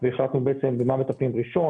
והחלטנו במה מטפלים ראשון,